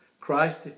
Christ